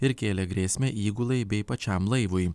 ir kėlė grėsmę įgulai bei pačiam laivui